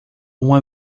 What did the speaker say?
uma